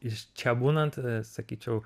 iš čia būnant sakyčiau